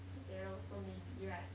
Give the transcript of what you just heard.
together also maybe right